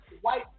White